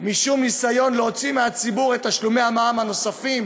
משום ניסיון להוציא מהציבור את תשלומי המע"מ הנוספים,